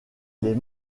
les